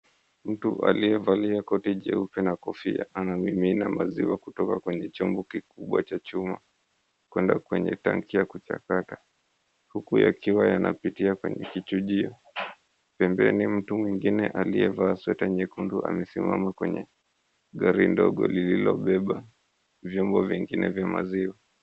Mtu aliyevalia koti jeupe na kofia, anamimina maziwa kutoka kwenye chombo kikubwa cha chuma, kwenda kwenye tanki ya kuchakata. Huku yakiwa yanapitia kwenye kichujio. Pembeni mtu mwingine aliyevaa sweta nyekundu, amesimama kwenye gari ndogo lililobeba vyombo vingine vya maziwa.